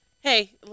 Hey